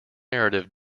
narrative